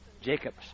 Jacob's